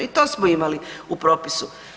I to smo imali u propisu.